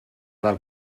del